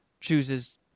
chooses